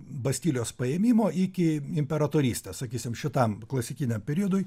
bastilijos paėmimo iki imperatorystės sakysim šitam klasikiniam periodui